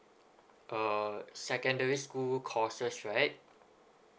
uh secondary school courses right